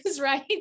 right